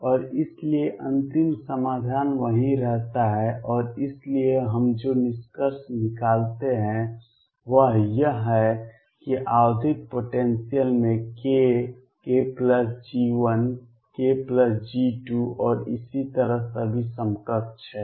और इसलिए अंतिम समाधान वही रहता है और इसलिए हम जो निष्कर्ष निकालते हैं वह यह है कि आवधिक पोटेंसियल में k kG1 kG2 और इसी तरह सभी समकक्ष हैं